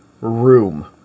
room